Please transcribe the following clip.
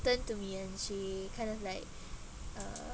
turned to me and she kind of like uh